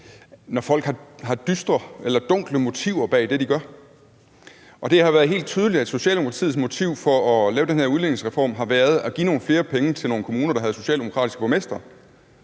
når folk har dunkle motiver bag det, de gør. Og det har været helt tydeligt, at Socialdemokratiets motiv for at lave den her udligningsreform har været at give nogle flere penge til nogle kommuner, der har socialdemokratiske borgmestre.